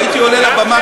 והייתי עולה לבמה,